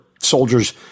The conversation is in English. soldiers